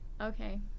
Okay